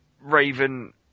raven